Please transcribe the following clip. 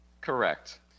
Correct